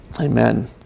Amen